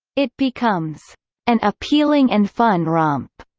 it becomes an appealing and fun romp.